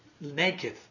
naked